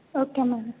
okay ma'am